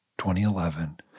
2011